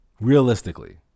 Realistically